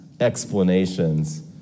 Explanations